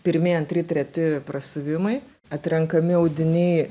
pirmi antri treti prasiuvimai atrenkami audiniai